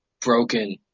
broken